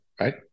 right